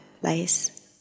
place